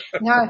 No